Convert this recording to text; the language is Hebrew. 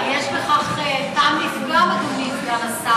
אבל יש בכך טעם לפגם, אדוני סגן השר.